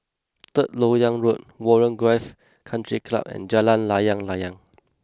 Third Lok Yang Road Warren Golf Country Club and Jalan Layang Layang